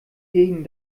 gegen